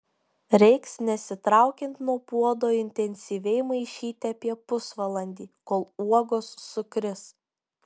reiks nesitraukiant nuo puodo intensyviai maišyti apie pusvalandį kol uogos sukris